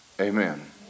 Amen